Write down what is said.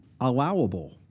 allowable